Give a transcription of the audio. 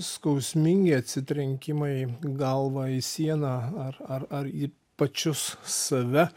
skausmingi atsitrenkimai galva į sieną ar ar į pačius save